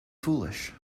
foolish